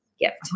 gift